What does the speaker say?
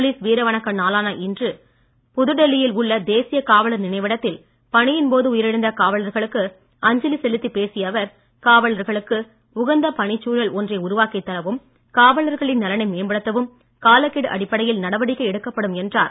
police வீர வணக்க நாளான இன்று புதுடெல்லியில் உள்ள தேசிய காவலர் நினைவிடத்தில் பணியின்போது உயிரிழந்த காவலர்கள் அஞ்சலி செலுத்தி பேசிய அவர் காவலர்களுக்கு உகந்த பணிச் சூழல் ஒன்றை உருவாக்கித் தரவும் காவலர்களின் நலனை மேம்படுத்தவும் காலக்கெடு அடிப்படையில் நடவடிக்கை எடுக்கப்படும் என்றார்